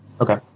Okay